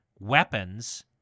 weapons